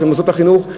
של מוסדות החינוך?